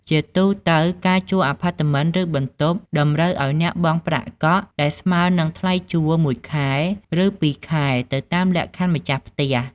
ជាទូទៅ ការជួលអាផាតមិន ឬបន្ទប់តម្រូវឱ្យអ្នកបង់ប្រាក់កក់ ដែលស្មើនឹងថ្លៃជួល មួយ ខែ ឬ ពីរ ខែ ទៅតាមលក្ខខណ្ឌម្ចាស់ផ្ទះ។